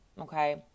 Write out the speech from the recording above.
okay